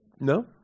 No